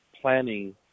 planning